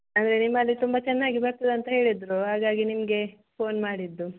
ಅಂದರೆ ನಿಮ್ಮಲ್ಲಿ ತುಂಬ ಚೆನ್ನಾಗಿ ಬರ್ತದಂತ ಹೇಳಿದ್ರು ಹಾಗಾಗಿ ನಿಮಗೆ ಫೋನ್ ಮಾಡಿದ್ದು